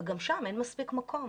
וגם שם אין מספיק מקום.